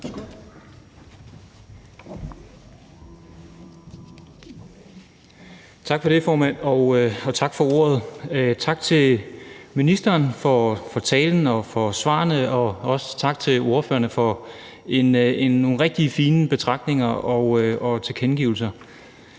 Tak for det, formand. Tak til ministeren for talen og svarene, også tak til ordførerne for nogle rigtig fine betragtninger og tilkendegivelser.